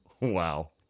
Wow